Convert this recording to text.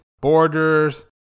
Borders